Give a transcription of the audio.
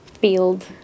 field